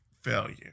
failure